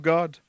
God